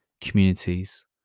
communities